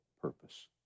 purpose